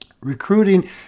Recruiting